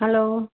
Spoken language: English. hello